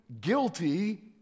guilty